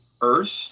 Earth